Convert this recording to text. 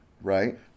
right